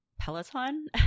Peloton